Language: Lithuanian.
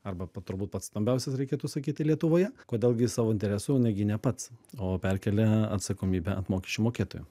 arba pa turbūt pats stambiausias reikėtų sakyti lietuvoje kodėl gi savo interesų negynė pats o perkėlė atsakomybę ant mokesčių mokėtojų